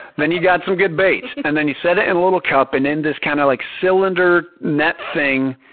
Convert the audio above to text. then you got some good bait. and then you set it in a little cup and in this kind of like cylinder net thing.